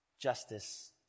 justice